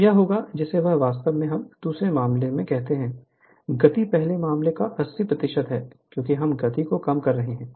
तो यह होगा जिसे हम वास्तव में उस दूसरे मामले में कहते हैं गति पहले मामले का 80 है क्योंकि हम गति को कम कर रहे हैं